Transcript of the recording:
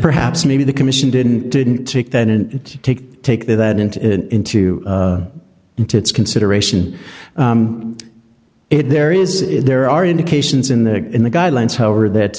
perhaps maybe the commission didn't didn't take that and take take that into into into consideration it there is there are indications in the in the guidelines however that